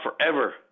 forever